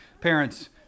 Parents